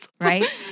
Right